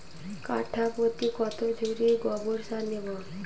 কাঠাপ্রতি কত ঝুড়ি গোবর সার দেবো?